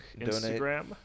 Instagram